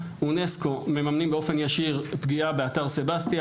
אונסק"ו מממנים באופן ישיר פגיעה באתר סבסטיה,